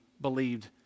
believed